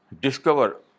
discover